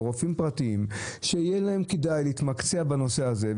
רופאים פרטיים שיהיה להם כדאי להתמקצע בנושא הזה.